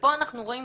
ופה אנחנו רואים,